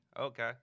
okay